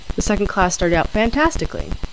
the second class started out fantastically.